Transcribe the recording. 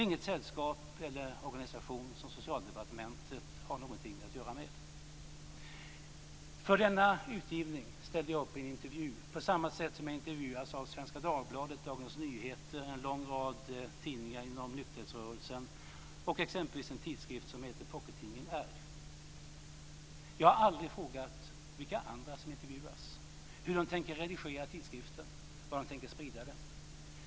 Det är ingen organisation som Socialdepartementet har något att göra med. För denna utgivning ställde jag upp i en intervju, på samma sätt som jag intervjuas av Svenska Dagbladet, Dagens Nyheter, en rad lång rad tidningar inom nykterhetsrörelsen och exempelvis en tidskrift som heter Pockettidningen R. Jag har aldrig frågat vilka andra som intervjuas, hur de tänker redigera tidskriften eller var de tänker sprida den.